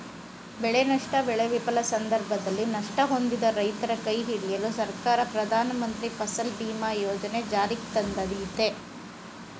ಬೆಳೆನಷ್ಟ ಬೆಳೆ ವಿಫಲ ಸಂದರ್ಭದಲ್ಲಿ ನಷ್ಟ ಹೊಂದಿದ ರೈತರ ಕೈಹಿಡಿಯಲು ಸರ್ಕಾರ ಪ್ರಧಾನಮಂತ್ರಿ ಫಸಲ್ ಬಿಮಾ ಯೋಜನೆ ಜಾರಿಗ್ತಂದಯ್ತೆ